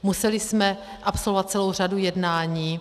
Museli jsme absolvovat celou řadu jednání.